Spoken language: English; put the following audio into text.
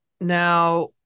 now